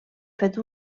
fet